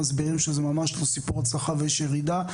מסבירים שזה ממש לא סיפור הצלחה ויש ירידה.